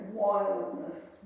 wildness